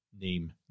name